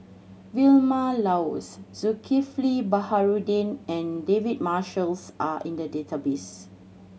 Vilma Laus Zulkifli Baharudin and David Marshalls are in the database